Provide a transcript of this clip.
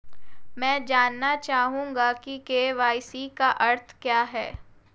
मैं जानना चाहूंगा कि के.वाई.सी का अर्थ क्या है?